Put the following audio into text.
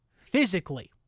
physically